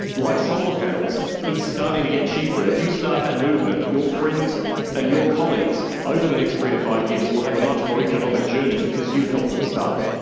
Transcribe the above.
like solar panels, it's starting to get cheaper. and if you start that movement, your friends and your colleagues over the next three to five years will have a much more economic journey because you helped them start it.